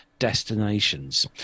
Destinations